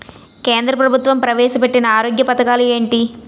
కేంద్ర ప్రభుత్వం ప్రవేశ పెట్టిన ఆరోగ్య పథకాలు ఎంటి?